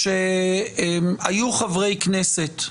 שהיו חברי כנסת,